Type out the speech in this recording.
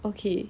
okay